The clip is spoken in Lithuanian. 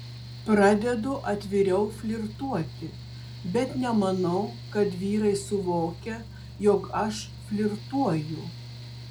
pradedu atviriau flirtuoti bet nemanau kad vyrai suvokia jog aš flirtuoju